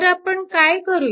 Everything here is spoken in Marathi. तर आपण काय करू